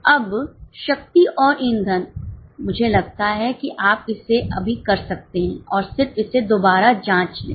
अब शक्ति और ईंधन मुझे लगता है कि आप इसे अभी कर सकते हैं और सिर्फ इसे दोबारा जांच लें